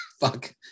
Fuck